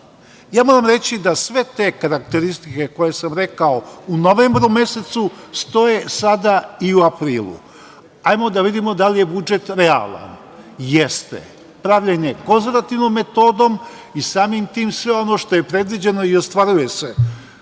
reći da sve te karakteristike koje sam rekao u novembru mesecu, stoje sada i u aprilu. Hajdemo da vidimo da li je budžet realan? Jeste. Pravljen je konzervativnom metodom i samim tim sve ono što je predviđeno i ostvaruje se.